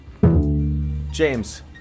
James